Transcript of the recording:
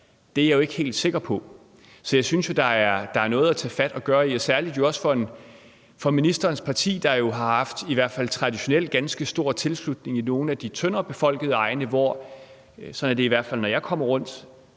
Det er jeg jo ikke helt sikker på. Så jeg synes jo, der er noget at tage fat på og gøre og jo særlig også for ministerens parti, der i hvert fald traditionelt har haft en ganske stor tilslutning i nogle af de tyndere befolkede egne, hvor man en gang imellem – sådan virker det i hvert fald, når jeg kommer rundt